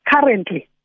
currently